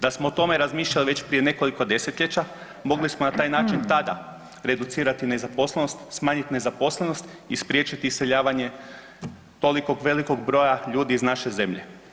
Da smo o tome razmišljali već prije nekoliko desetljeća, mogli smo na taj način tada reducirati nezaposlenost, smanjiti nezaposlenost i spriječiti iseljavanje tolikog velikog broja ljudi iz naše zemlje.